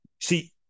see